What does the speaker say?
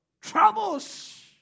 troubles